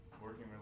working